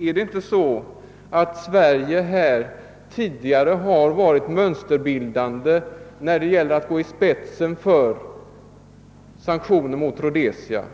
Är det inte så att Sverige tidigare har varit mönsterbildande i fråga om sanktioner mot Rhodesia?